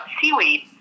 seaweed